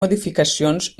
modificacions